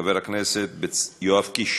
חבר הכנסת יואב קיש